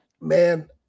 man